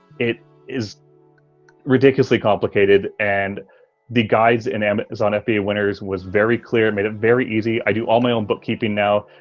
it is ridiculously complicated and the guides in amazon fba winners was very clear, made it very easy. i do all my own bookkeeping now.